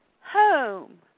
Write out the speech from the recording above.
home